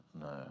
No